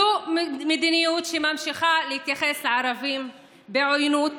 זו מדיניות שממשיכה להתייחס לערבים בעוינות,